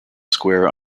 square